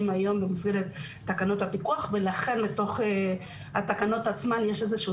היום במסגרת תקנות הפיקוח ולכן לתוך התקנות עצמן יש איזשהו